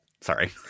Sorry